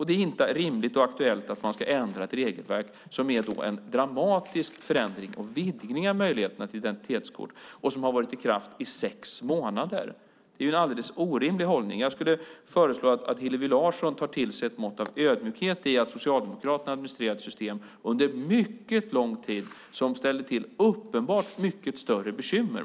Det är inte rimligt eller aktuellt att ändra ett regelverk som är en dramatisk förändring och vidgning av möjligheterna till identitetskort och som har varit i kraft i sex månader. Det är en alldeles orimlig hållning. Jag skulle föreslå att Hillevi Larsson tar till sig ett mått av ödmjukhet. Socialdemokraterna administrerade under mycket lång tid ett system som ställde till uppenbart mycket större bekymmer.